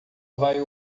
vai